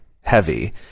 heavy